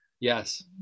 Yes